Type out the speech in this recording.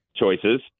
choices